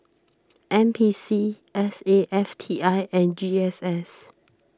N P C S A F T I and G S S